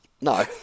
No